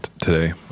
today